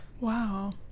Wow